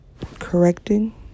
correcting